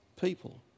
people